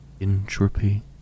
entropy